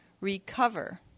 recover